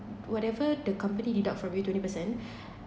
whatever the company deduct from you twenty percent